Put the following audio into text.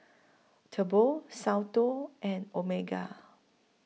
Tempur Soundteoh and Omega